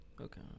Okay